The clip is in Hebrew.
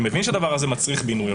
אני מבין שהדבר הזה מצריך בינוי,